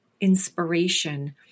inspiration